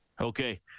Okay